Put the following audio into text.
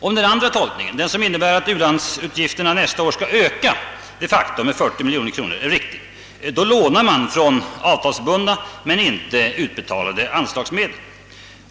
Om den andta tolkningen — att u-landsutgifterna nästa år de facto skall öka med 40 miljoner kronor — är riktig, så innebär det att man lånar ur avtalsbundna men inte utbetalade anslagsmedel.